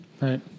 Right